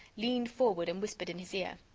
leaned forward and whispered in his ear.